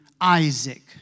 Isaac